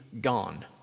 gone